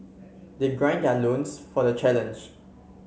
they gird their loins for the challenge